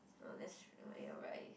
ah that's true you're right